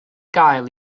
gael